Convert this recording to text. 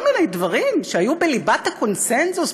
כל מיני דברים שהיו בליבת הקונסנזוס,